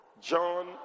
John